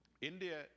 India